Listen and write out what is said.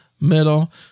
Middle